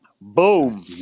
Boom